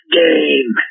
game